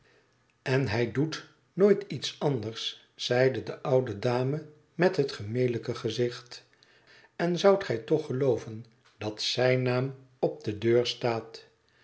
en hij doet nooit iets anders zeide do oude dame met het gemelijke gezicht en zoudt gij toch gelooven dat zijn naam op de deur staat